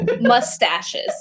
Mustaches